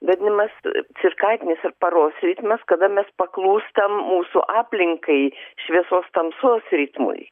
vadinamas cirkadinis ar paros ritmas kada mes paklūstam mūsų aplinkai šviesos tamsos ritmui